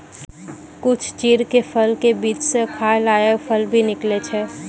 कुछ चीड़ के फल के बीच स खाय लायक फल भी निकलै छै